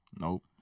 Nope